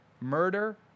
murder